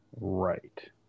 Right